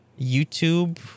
YouTube